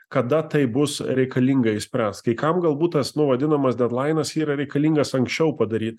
kada tai bus reikalinga išspręst kai kam galbūt tas nu vadinamas dedlainas yra reikalingas anksčiau padaryt